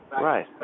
Right